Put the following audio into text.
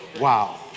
Wow